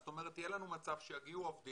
זאת אומרת יהיה לנו מצב שיגיעו עובדים